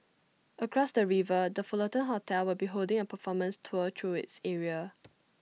across the river the Fullerton hotel will be holding A performance tour through its area